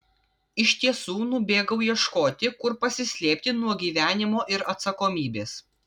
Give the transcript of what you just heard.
iš tiesų nubėgau ieškoti kur pasislėpti nuo gyvenimo ir atsakomybės